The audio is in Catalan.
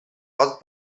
pot